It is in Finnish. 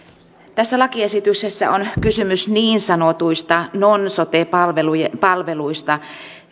tässä lakiesityksessä on kysymys niin sanotuista non sote palveluista